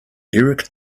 eric